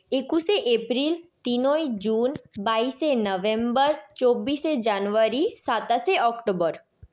একুশে এপ্রিল তিন জুন বাইশে নভেম্বর চব্বিশে জানুয়ারি সাতাশে অক্টোবর